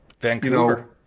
Vancouver